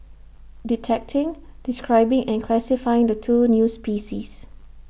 detecting describing and classifying the two new species